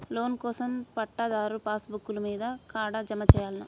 Loan కోసం పట్టాదారు passbook లు మీ కాడా జమ చేయల్నా?